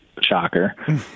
Shocker